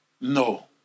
No